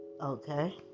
Okay